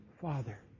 Father